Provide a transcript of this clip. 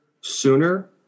sooner